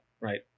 Right